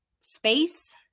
space